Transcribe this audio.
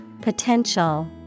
potential